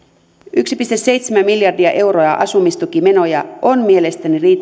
yksi pilkku seitsemän miljardia euroa asumistukimenoja on mielestäni